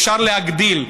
אפשר להגדיל,